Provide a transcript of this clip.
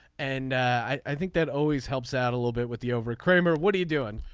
and i think that always helps out a little bit with the over. kramer what are you doing.